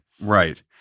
Right